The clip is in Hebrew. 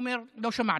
הוא אומר: לא שמעתי.